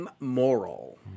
immoral